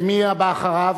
מי הבא אחריו?